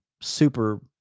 super